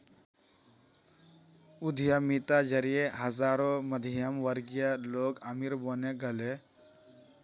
उद्यमिता जरिए हजारों मध्यमवर्गीय लोग अमीर बने गेले